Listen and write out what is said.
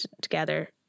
together